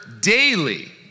daily